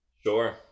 Sure